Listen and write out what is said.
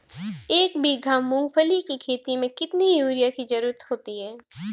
एक बीघा मूंगफली की खेती में कितनी यूरिया की ज़रुरत होती है?